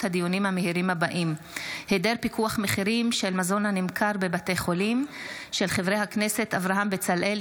דיון מהיר בהצעתם של חברי הכנסת אברהם בצלאל,